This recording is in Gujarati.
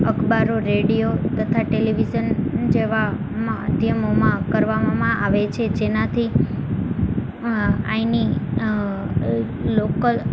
અખબારો રેડિયો તથા ટેલિવિઝન જેવા માધ્યમોમાં કરવામાં આવે છે જેનાથી અહીંની લોકલ